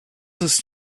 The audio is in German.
ist